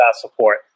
support